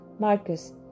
Marcus